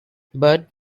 but